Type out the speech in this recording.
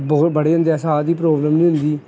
ਬਹੁਤ ਬੜੇ ਹੁੰਦੇ ਹੈ ਸਾਹ ਦੀ ਪ੍ਰੋਬਲਮ ਨਹੀਂ ਹੁੰਦੀ